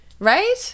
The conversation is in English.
Right